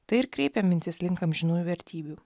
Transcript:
tai ir kreipia mintis link amžinųjų vertybių